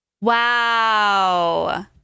Wow